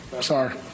Sorry